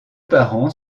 parents